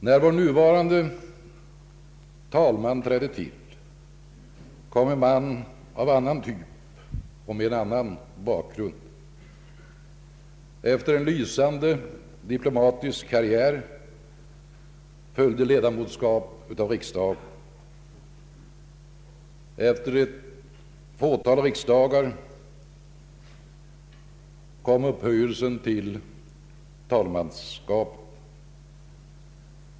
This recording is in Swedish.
När vår nuvarande talman trädde till kom en man av annan typ och med en annan bakgrund. Efter en lysande diplomatisk karriär följde ledamotskap i riksdagen. Efter ett fåtal riksdagsår kom upphöjelsen till talman.